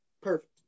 Perfect